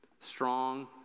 Strong